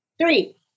three